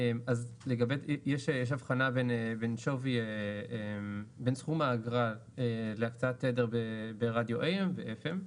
יש אבחנה בין סכום האגרה להקצאת תדר ברדיו AM ו FM,